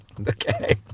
Okay